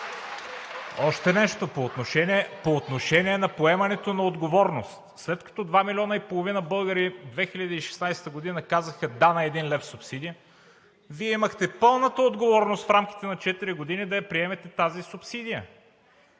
Още нещо. По отношение на поемането на отговорност. След като 2 милиона и половина българи 2016 г. казаха: „да“ на един лев субсидия, Вие имахте пълната отговорност в рамките на четири години да я приемете тази субсидия.